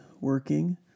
working